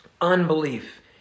unbelief